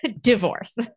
divorce